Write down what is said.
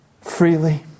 freely